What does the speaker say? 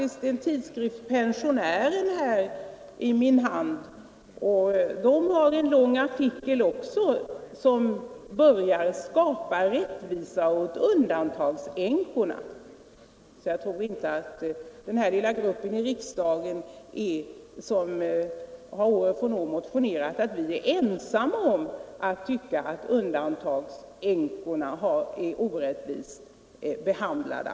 Jag har en tidskrift i min hand som heter Pensionären, och där finns en lång artikel som börjar: ”Skapa rättvisa åt undantagsänkorna.” Så jag tror inte att den grupp i riksdagen som år efter år motionerat i denna fråga är ensam om att tycka att undantagsänkorna är orättvist behandlade.